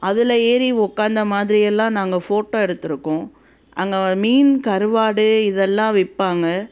அதில் ஏறி உட்காந்த மாதிரி எல்லாம் நாங்கள் ஃபோட்டோ எடுத்திருக்கோம் அங்கே மீன் கருவாடு இதெல்லாம் விற்பாங்க